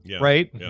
right